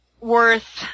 worth